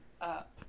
up